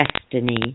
destiny